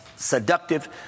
Seductive